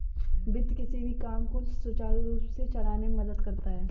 वित्त किसी भी काम को सुचारू रूप से चलाने में मदद करता है